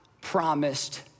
promised